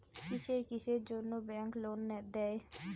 কিসের কিসের জন্যে ব্যাংক লোন দেয়?